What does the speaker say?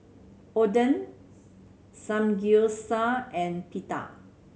Oden Samgyeopsal and Pita